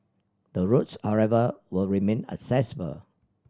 the roads however will remain accessible